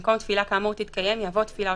במקום "תפילה כאמור תתקיים" יבוא "תפילה או